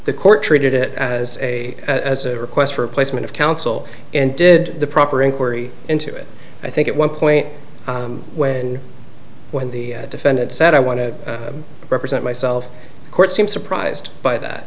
the court treated it as a as a request for placement of counsel and did the proper inquiry into it i think it one point when when the defendant said i want to represent myself a court seemed surprised by that